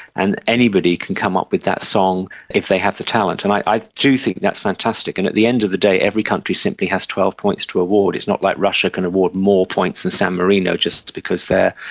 and anybody can come up with that song if they have the talent. and i do think that's fantastic. and at the end of the day every country simply has twelve points to award. it's not like russia can award more points than san marino just because they